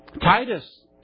Titus